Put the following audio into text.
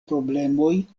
problemoj